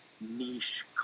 niche